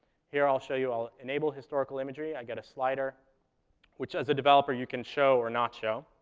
here i'll show you. i'll enable historical imagery. i've got a slider which as a developer, you can show or not show.